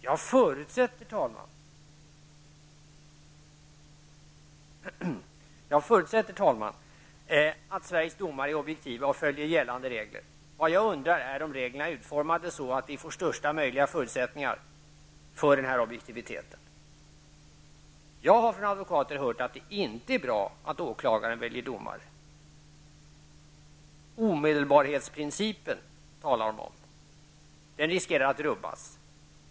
Jag förutsätter, herr talman, att Sveriges domare är objektiva och följer gällande regler. Vad jag undrar är om reglerna är utformade på ett sådant sätt att vi får största möjliga förutsättningar för den här objektiviteten. Jag har från advokater hört att det inte är bra att åklagarna väljer domare. Omedelbarhetsprincipen, som det talas om, riskerar att rubbas.